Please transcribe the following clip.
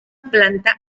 planta